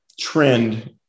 trend